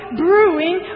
brewing